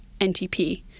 NTP